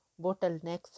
bottlenecks